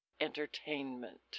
entertainment